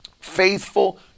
Faithful